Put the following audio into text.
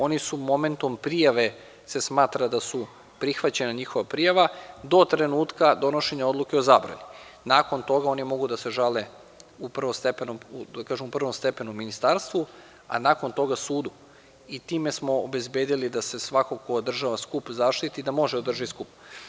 Oni su momentom prijave, se smatra da su prihvaćena, njihova prijava do trenutka donošenje odluke o zabrani, nakon toga oni mogu da se žale, da kažem u prvom stepenu ministarstvu, a nakon toga sudu, i time smo obezbedili da se svako ko održava skup zaštiti da može da održi skup.